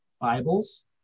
Bibles